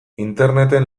interneten